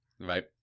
Right